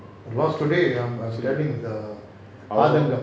lost today telling the ஆதங்கம்:aathangam